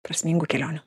prasmingų kelionių